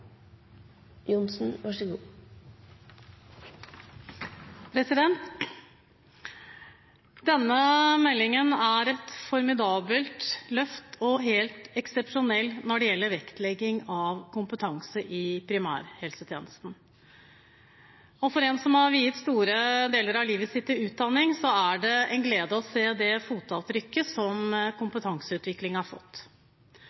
et formidabelt løft og helt eksepsjonell når det gjelder vektlegging av kompetanse i primærhelsetjenesten. For en som har viet store deler av livet sitt til utdanning, er det en glede å se det fotavtrykket som kompetanseutvikling har fått.